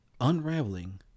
unraveling